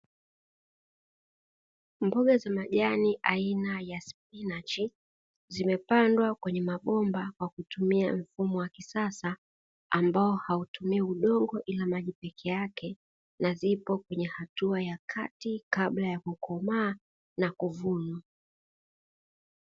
Mboga za majani aina ya spinach zimepandwa kwenye mabomba kwa kutumia mfumo wa kisasa ambao hautumii udongo, ila maji pekee yake na zipo kwenye hatua ya kati kabla ya kukomaa na kuvunwa.